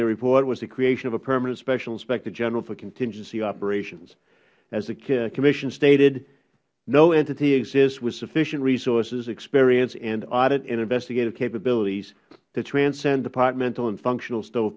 their report was the creation of a permanent special inspector general for contingency operations as the commission stated no entity exists with sufficient resources experience and audit and investigative capabilities to transcend departmental and functional